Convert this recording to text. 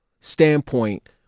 standpoint